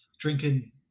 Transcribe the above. drinking